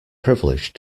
privilege